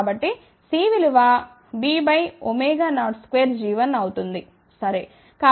కాబట్టి C విలువ B02g1అవుతుంది సరే